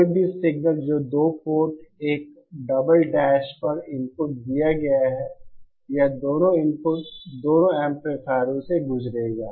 कोई भी सिग्नल जो पोर्ट 1 डबल डैश पर इनपुट दिया गया है यह दोनों इनपुट दोनों एम्पलीफायरों से गुजरेगा